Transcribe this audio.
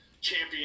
champion